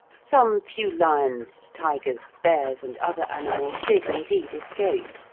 some few lions, tigers, bears, and other animals did indeed escape,